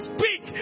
Speak